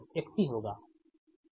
याद है